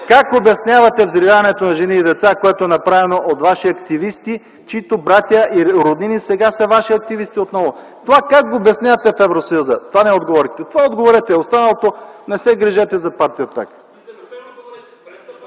как обяснявате взривяването на жени и деца, което е направено от Ваши активисти, чиито братя или роднини сега са Ваши активисти отново? Това как го обяснявате в Евросъюза? Това не отговорихте. Това отговорете! Останалото – не се грижете за партия „Атака”.